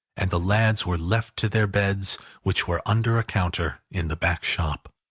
and the lads were left to their beds which were under a counter in the back-shop.